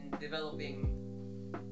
developing